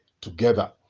together